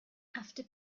after